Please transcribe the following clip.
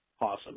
Awesome